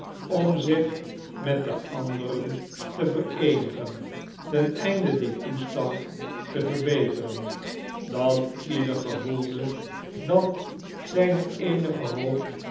om zich met de anderen te vereenigen ten einde dien toestand te verbeteren dat ieder gevoelde dat zijne eenige hoop